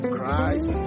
Christ